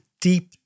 deep